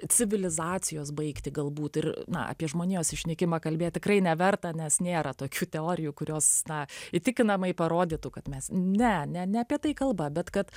civilizacijos baigtį galbūt ir na apie žmonijos išnykimą kalbėt tikrai neverta nes nėra tokių teorijų kurios na įtikinamai parodytų kad mes ne ne apie tai kalba bet kad